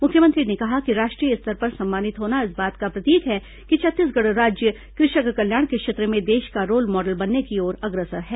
मुख्यमंत्री ने कहा कि राष्ट्रीय स्तर पर सम्मानित होना इस बात का प्रतीक है कि छत्तीसगढ़ राज्य कृषक कल्याण के क्षेत्र में देश का रोल मॉडल बनने की ओर अग्रसर है